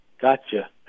gotcha